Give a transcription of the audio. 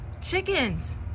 Chickens